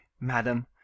madam